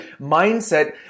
mindset